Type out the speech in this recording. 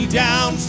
down